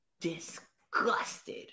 disgusted